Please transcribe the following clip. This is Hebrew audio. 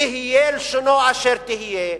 תהיה לשונו אשר תהיה,